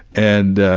and ah,